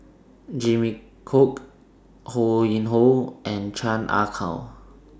Jimmy Chok Ho Yuen Hoe and Chan Ah Kow